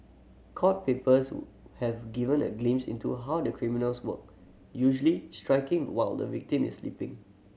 court papers have given a glimpse into a how the criminals work usually striking while the victim is sleeping